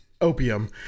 opium